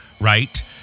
right